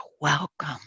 welcome